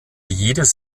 jedes